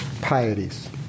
pieties